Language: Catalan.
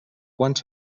quants